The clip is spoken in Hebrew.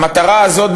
המטרה הזאת,